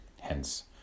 Hence